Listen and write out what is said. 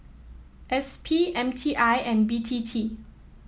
S P M T I and B T T